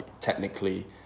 technically